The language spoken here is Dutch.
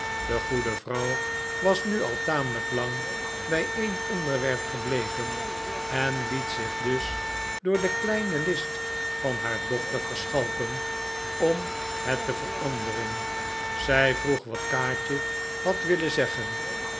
de goede vrouw was nu al tamelijk lang bij een onderwerp gebleven en liet zich dus door de kleine list van haar dochter verschalken om het te veranderen zij vroeg wat kaatje had willen zeggen